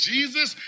Jesus